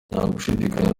ntagushidikanya